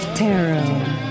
tarot